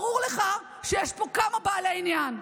ברור לך שיש פה כמה בעלי עניין,